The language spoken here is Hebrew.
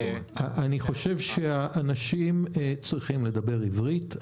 אני חושב שאנשים צריכים לדבר עברית.